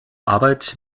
arbeit